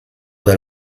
del